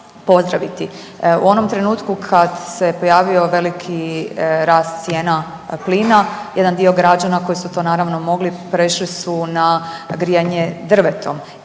pozdraviti. U onom trenutku kad se pojavio veliki rast cijena plina jedan dio građana koji su to naravno mogli prešli su na grijanje drvetom